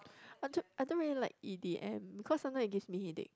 I don't I don't really like e_d_m because sometime it gives me headache